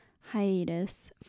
hiatus